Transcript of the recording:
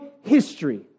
history